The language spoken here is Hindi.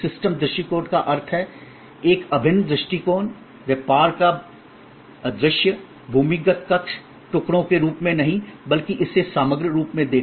सिस्टम दृष्टिकोण का अर्थ है एक अभिन्न दृष्टिकोण व्यापार को अदृश्यभूमिगत कक्षतुकडो के रूपमे नही बल्कि इसे समग्र रूप में देखना